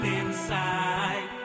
inside